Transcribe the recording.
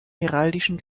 heraldischen